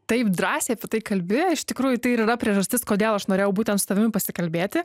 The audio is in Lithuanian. taip drąsiai apie tai kalbi iš tikrųjų tai ir yra priežastis kodėl aš norėjau būtent su tavimi pasikalbėti